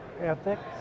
ethics